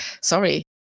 Sorry